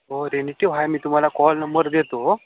हो रेनेटीव आहे मी तुम्हाला कॉल नंबर देतो